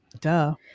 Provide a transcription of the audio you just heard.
Duh